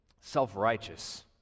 self-righteous